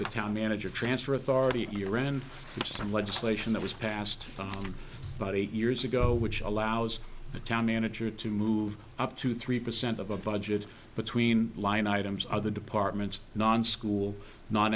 the town manager transfer authority to rent some legislation that was passed about eight years ago which allows the town manager to move up to three percent of a budget between line items other departments non school not